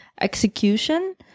execution